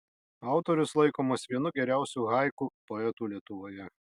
autorius laikomas vienu geriausiu haiku poetų lietuvoje